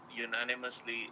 unanimously